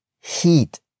heat